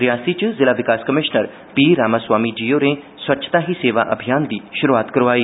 रियासी च जिला विकास कमीशनर पी रामास्वामी होरें स्वच्छता ही सेवा अभियान दी शुरूआत करवाई